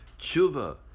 Tshuva